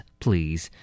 please